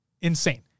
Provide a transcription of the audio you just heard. insane